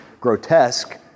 grotesque